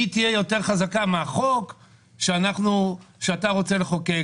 והיא תהיה יותר חזקה מהחוק שאתה רוצה לחוקק.